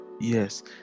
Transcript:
yes